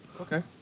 Okay